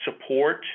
support